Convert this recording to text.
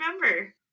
remember